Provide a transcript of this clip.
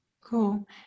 Cool